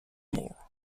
more